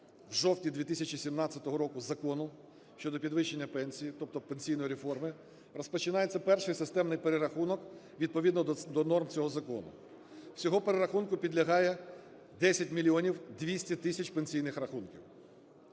в жовтні 2017 року Закону щодо підвищення пенсій, тобто пенсійної реформи, розпочинається перший системний перерахунок відповідно до норм цього закону. Всього перерахунку підлягає 10 мільйонів 200 тисяч пенсійних рахунків